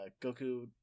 Goku